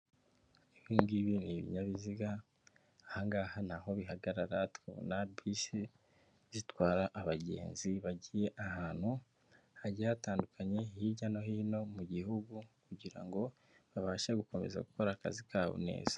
Ibi ngibi ni ibinyabiziga, aha ngaha ni aho bihagarara, tuhabona bisi zitwara abagenzi bagiye ahantu hagiye hatandukanye hirya no hino mu gihugu, kugira ngo babashe gukomeza gukora akazi kabo neza.